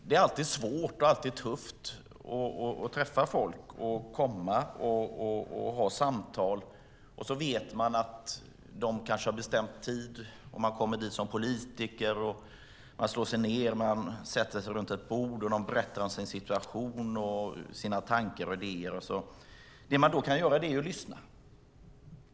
Det är alltid svårt och tufft att träffa folk och ha samtal. Man vet att de kanske har bestämt tid när man kommer dit som politiker. Man slår sig ned, alla sitter runt ett bord, de berättar om sin situation, sina tankar och idéer. Det man kan göra är att lyssna.